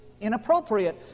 inappropriate